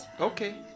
okay